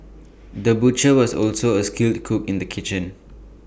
the butcher was also A skilled cook in the kitchen